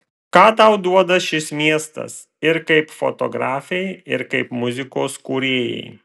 ką tau duoda šis miestas ir kaip fotografei ir kaip muzikos kūrėjai